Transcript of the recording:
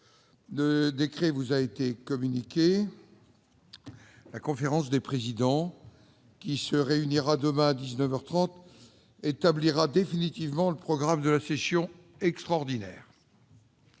Le décret vous a été communiqué. La conférence des présidents, qui se réunira demain à dix-neuf heures trente, établira le programme de la session extraordinaire.